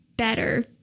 better